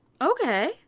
Okay